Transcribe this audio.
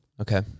Okay